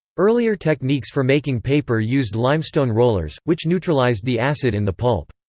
earlier techniques for making paper used limestone rollers, which neutralized the acid in the pulp.